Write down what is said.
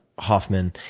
hoffman.